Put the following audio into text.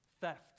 theft